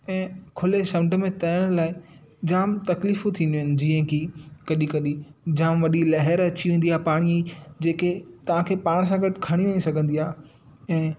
ऐं खुले समुंड में तरण लाइ जाम तकलीफ़ूं थींदियूं आहिनि जीअं की कॾहिं कॾहिं जाम वॾी लहर अची वेंदी आहे पाणीअ जी जेके तव्हांखे पाण सां गॾु खणी वञी सघंदी आहे ऐं